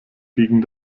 gegen